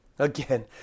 Again